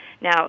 Now